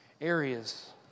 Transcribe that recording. areas